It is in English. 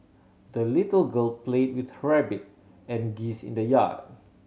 the little girl played with her rabbit and geese in the yard